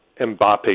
Mbappe